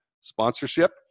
sponsorship